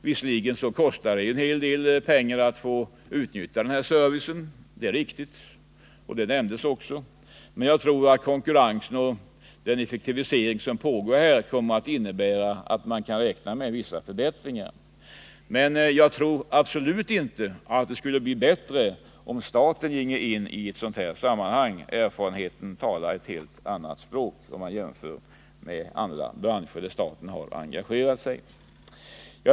Visserligen kostar det en hel del pengar att utnyttja den service factoringföretagen ger — det är riktigt, och det nämndes också — men jag tror att konkurrensen och den effektivisering som pågår kommer att innebära att man kan räkna med vissa förbättringar. Och jag tror absolut inte att det skulle bli billigare om staten ginge in i den här branschen. Erfarenheten från de områden där staten har engagerat sig talar ett helt annat språk.